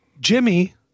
Jimmy